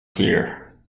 here